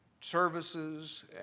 services